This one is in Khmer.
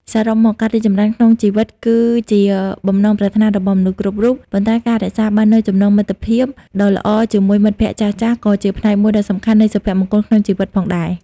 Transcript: សរុបមក ការរីកចម្រើនក្នុងជីវិតគឺជាបំណងប្រាថ្នារបស់មនុស្សគ្រប់រូប ប៉ុន្តែការរក្សាបាននូវចំណងមិត្តភាពដ៏ល្អជាមួយមិត្តភក្តិចាស់ៗ ក៏ជាផ្នែកមួយដ៏សំខាន់នៃសុភមង្គលក្នុងជីវិតផងដែរ។